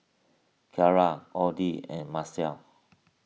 Kiarra Oddie and Maceo